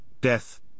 death